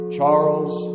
Charles